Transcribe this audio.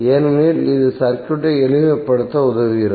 ஏனெனில் இது சர்க்யூட்டை எளிமைப்படுத்த உதவுகிறது